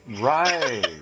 Right